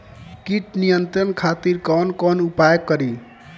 कीट नियंत्रण खातिर कवन कवन उपाय करी?